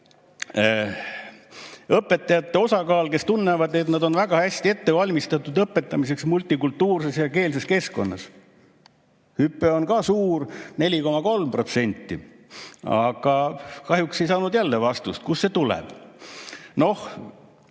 Õpetajate osakaal, kes tunnevad, et nad on väga hästi ette valmistatud õpetamiseks multikultuurses ja ‑keelses keskkonnas. Hüpe on ka suur, 4,3%, aga kahjuks ei saanud jälle vastust, kust see tuleb. Noh,